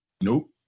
Nope